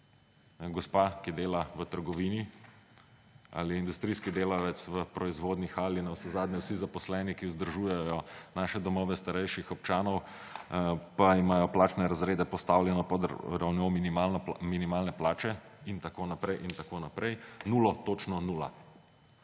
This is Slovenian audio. Gospa, ki dela v trgovini, ali industrijski delavec v proizvodni hali, navsezadnje vsi zaposleni, ki vzdržujejo naše domove starejših občanov, pa imajo plačne razrede postavljene pod ravnjo minimalne plače in tako naprej. Nulo! Točno nula.